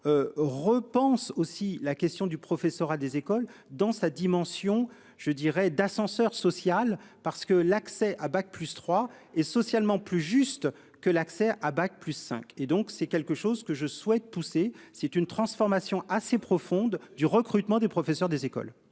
Repense aussi la question du professorat des écoles dans sa dimension, je dirais d'ascenseur social parce que l'accès à bac plus 3 et socialement plus juste que l'accès à bac plus cinq et donc c'est quelque chose que je souhaite pousser c'est une transformation assez profonde du recrutement des professeurs des écoles.